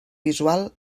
visual